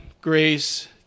grace